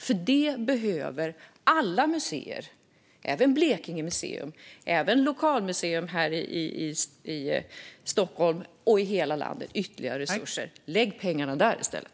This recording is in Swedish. För detta behöver alla museer - även Blekinge museum och lokalmuseer i Stockholm och i hela landet - ytterligare resurser. Lägg pengarna där i stället!